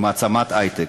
כמעצמת היי-טק.